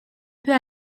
peut